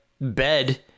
bed